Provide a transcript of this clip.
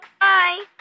Bye